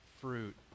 fruit